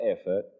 effort